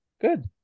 Good